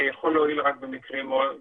לדעתי זה יכול להועיל רק במקרים מעטים,